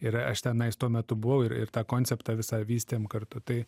ir aš tenais tuo metu buvau ir ir tą konceptą visą vystėm kartu tai